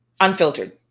unfiltered